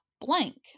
blank